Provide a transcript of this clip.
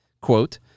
Quote